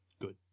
Good